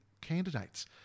candidates